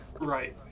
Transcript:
Right